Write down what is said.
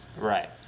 Right